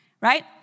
Right